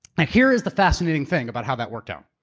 and here is the fascinating thing about how that worked out.